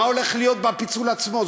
מה הולך להיות בפיצול עצמו.